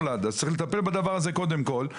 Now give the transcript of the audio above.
יש לטפל בזה קודם כול.